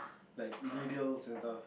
like remedials and stuff